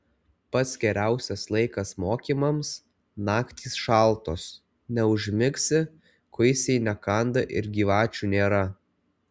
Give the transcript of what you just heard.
pats geriausias laikas mokymams naktys šaltos neužmigsi kuisiai nekanda ir gyvačių nėra